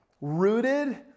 Rooted